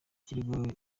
ikirego